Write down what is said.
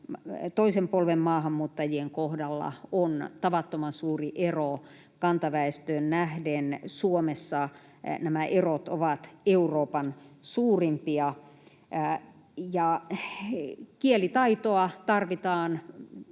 toisen polven maahanmuuttajien kohdalla on tavattoman suuri ero kantaväestöön nähden. Suomessa nämä erot ovat Euroopan suurimpia. Kielitaitoa tarvitaan